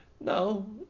no